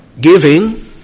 Giving